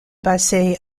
basée